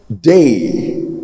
day